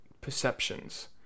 perceptions